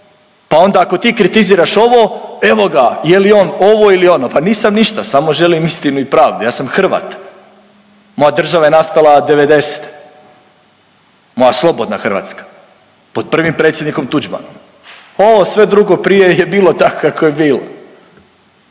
Pa onda ako ti kritiziraš ovo evo ga je li on ovo ili ono, pa nisam ništa samo želim istinu i pravdu. Ja sam Hrvat, moja država je nastala '90., moja slobodna Hrvatska pod prvim predsjednikom Tuđmanom. Ovo sve drugo prije je bilo tako kako je bilo.